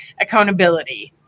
accountability